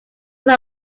was